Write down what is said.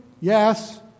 yes